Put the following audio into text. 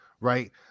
right